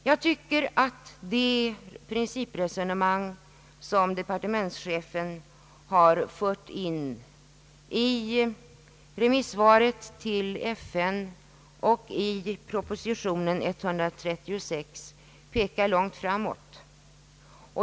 Jag tycker att det principresonemang som departementschefen har fört in i remissvaret till FN och i proposition nr 136, pekar långt framåt.